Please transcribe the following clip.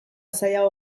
zailago